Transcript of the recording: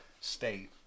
state